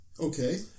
Okay